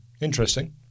interesting